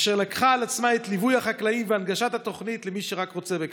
אשר לקחה על עצמה את ליווי החקלאים והנגשת התוכנית למי שרק רוצה בכך.